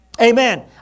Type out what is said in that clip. Amen